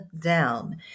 down